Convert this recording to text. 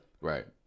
Right